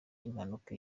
impanuka